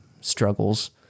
struggles